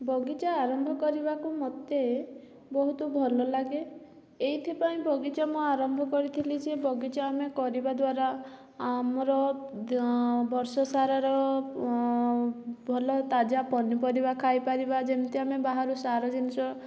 ବଗିଚା ଆରମ୍ଭ କରିବାକୁ ମୋତେ ବହୁତ ଭଲ ଲାଗେ ଏଇଥିପାଇଁ ବଗିଚା ମୁଁ ଆରମ୍ଭ କରିଥିଲି ଯେ ବଗିଚା ଆମେ କରିବା ଦ୍ଵାରା ଆମର ବର୍ଷସାରାର ଭଲ ତାଜା ପନିପରିବା ଖାଇ ପାରିବା ଯେମିତି ଆମେ ବାହାରୁ ସାର ଜିନିଷ